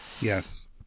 yes